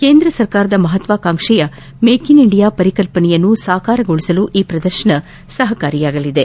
ಕೇಂದ್ರ ಸರ್ಕಾರದ ಮಹತ್ವಾಕಾಂಕ್ಷೆಯ ಮೇಕ್ ಇನ್ ಇಂಡಿಯಾ ಪರಿಕಲ್ಪನೆಯನ್ನು ಸಾಕಾರಗೊಳಿಸಲು ಈ ಪ್ರದರ್ಶನ ಸಹಕಾರಿಯಾಗಲಿದೆ